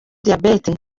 diabète